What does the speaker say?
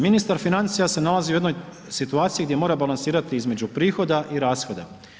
Ministar financija se nalazi u jednoj situaciji gdje mora balansirati između prihoda i rashoda.